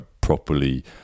properly